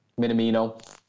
Minamino